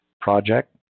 project